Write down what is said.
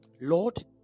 Lord